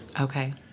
Okay